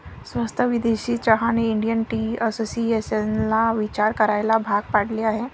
स्वस्त विदेशी चहाने इंडियन टी असोसिएशनला विचार करायला भाग पाडले आहे